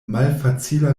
malfacila